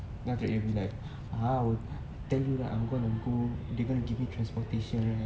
and then will be like !aww! I tell you lah I'm gonna go they gonna give me transportation